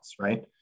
right